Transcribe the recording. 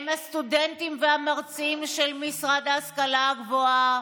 הם הסטודנטים והמרצים של משרד ההשכלה הגבוהה,